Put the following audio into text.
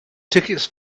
tickets